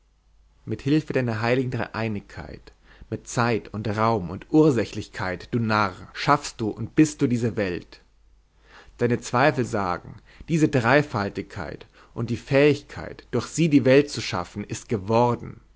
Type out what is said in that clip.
mit hilfe deiner heiligen dreieinigkeit mit zeit und raum und ursächlichkeit du narr schaffst du und bist du die welt deine zweifel sagen diese dreifaltigkeit und die fähigkeit durch sie die welt zu schaffen ist geworden